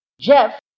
Jeff